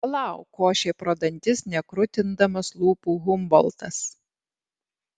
palauk košė pro dantis nekrutindamas lūpų humboltas